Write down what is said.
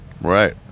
right